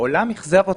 העולם אכזב אותם.